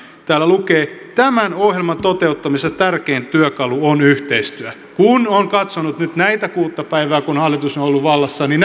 täällä lukee tämän ohjelman toteuttamisessa tärkein työkalu on yhteistyö kun on katsonut nyt näitä kuutta päivää kun hallitus on on ollut vallassa niin